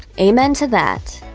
amen to that.